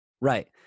Right